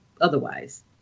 otherwise